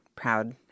proud